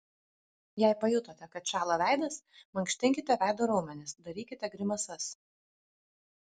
jei pajutote kad šąla veidas mankštinkite veido raumenis darykite grimasas